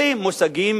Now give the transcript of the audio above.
אלה מושגים